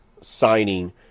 signing